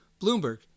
Bloomberg